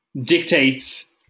dictates